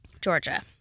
Georgia